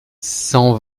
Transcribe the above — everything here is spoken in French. cent